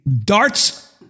darts